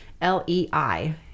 L-E-I